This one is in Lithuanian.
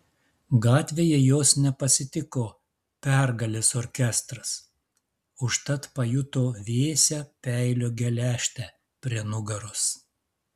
gatvėje jos nepasitiko pergalės orkestras užtat pajuto vėsią peilio geležtę prie nugaros